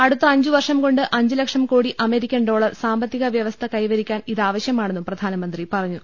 അടുത്ത അഞ്ചുവർഷംകൊണ്ട് അഞ്ച് lakh crore American dollar സാമ്പത്തിക വൃവസ്ഥ കൈവരിക്കാൻ ഇതാ വശ്യമാണെന്നും പ്രധാനമന്ത്രി പറഞ്ഞു